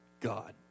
God